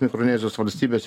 mikronezijos valstybės